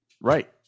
Right